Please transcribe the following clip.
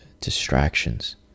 distractions